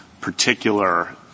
particular